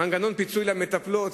מנגנון פיצוי למטפלות.